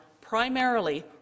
primarily